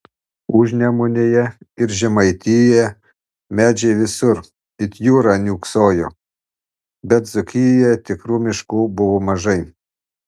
užnemunėje ir žemaitijoje medžiai visur it jūra niūksojo bet dzūkijoje tikrų miškų buvo mažai